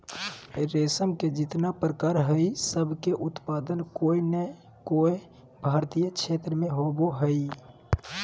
रेशम के जितना प्रकार हई, सब के उत्पादन कोय नै कोय भारतीय क्षेत्र मे होवअ हई